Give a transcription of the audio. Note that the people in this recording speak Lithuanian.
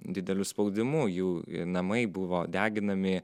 dideliu spaudimu jų namai buvo deginami